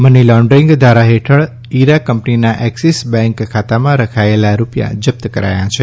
money laundering ધારા હેઠળ ઇરા કંપનીના એક્સીસ બેન્ક ખાતામાં રખાયેલા રૂપિયા જપ્ત કરાયા છે